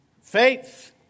faith